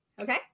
okay